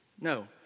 no